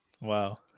Wow